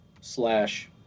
slash